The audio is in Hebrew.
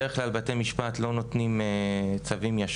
בדרך כלל בתי המשפט לא נותנים צווים מיד